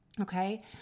okay